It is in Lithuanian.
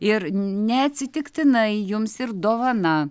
ir neatsitiktinai jums ir dovana